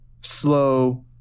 slow